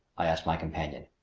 i asked my companion.